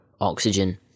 oxygen